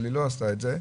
אבל היא לא עשתה את זה.